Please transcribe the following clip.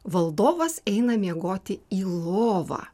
valdovas eina miegoti į lovą